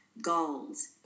goals